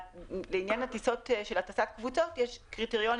לעניין הטיסות של הטסת קבוצות יש קריטריונים